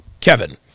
Kevin